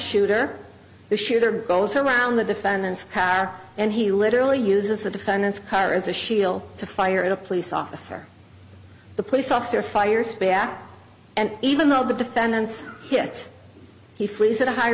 shooter the shooter goes around the defendant's car and he literally uses the defendant's car as a she'll to fire at a police officer the police officer fires back and even though the defendant's hit he flees at a high